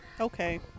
Okay